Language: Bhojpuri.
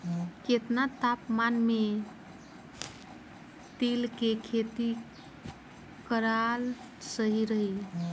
केतना तापमान मे तिल के खेती कराल सही रही?